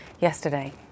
yesterday